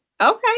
Okay